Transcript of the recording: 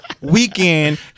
weekend